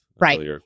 Right